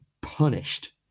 punished